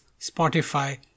Spotify